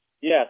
Yes